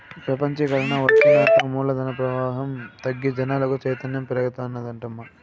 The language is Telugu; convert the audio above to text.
పెపంచీకరన ఒచ్చినాక మూలధన ప్రవాహం తగ్గి జనాలకు చైతన్యం పెరిగినాదటమ్మా